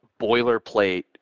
boilerplate